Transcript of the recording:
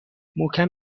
محکم